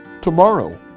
Tomorrow